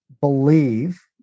believe